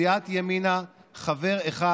מסיעת ימינה חבר אחד: